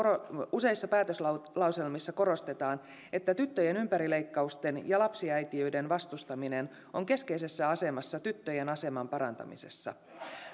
useissa päätöslauselmissa korostetaan että tyttöjen ympärileikkausten ja lapsiäitiyden vastustaminen on keskeisessä asemassa tyttöjen aseman parantamisessa